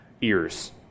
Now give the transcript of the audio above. ears